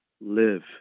live